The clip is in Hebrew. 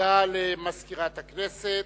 תודה למזכירת הכנסת.